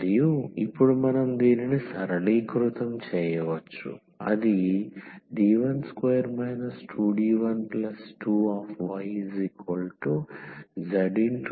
మరియు ఇప్పుడు మనం దీనిని సరళీకృతం చేయవచ్చు అది D12 2D12yzez అవుతుంది